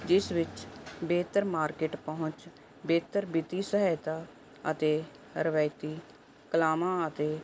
ਜਿਸ ਵਿੱਚ ਬਿਹਤਰ ਮਾਰਕੀਟ ਪਹੁੰਚ ਬਿਹਤਰ ਵਿੱਤੀ ਸਹਾਇਤਾ ਅਤੇ ਰਵਾਇਤੀ ਕਲਾਵਾਂ ਅਤੇ